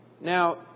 Now